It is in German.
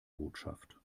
botschaft